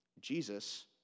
Jesus